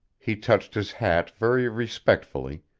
he touched his hat very respectfully,